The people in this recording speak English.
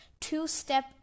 two-step